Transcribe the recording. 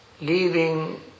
leaving